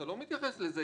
אתה לא מתייחס לזה